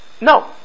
No